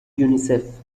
یونیسف